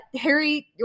Harry